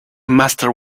master